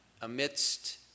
amidst